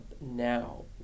now